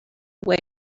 away